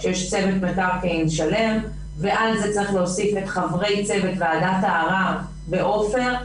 שם צוות מקרקעין שלם ועל זה צריך להוסיף את חברי צוות ועדת הערר בעופר,